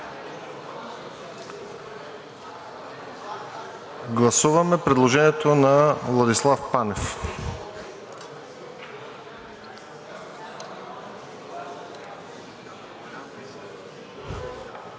Гласуваме предложението на Владислав Панев.